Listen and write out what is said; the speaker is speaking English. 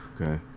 Okay